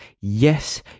Yes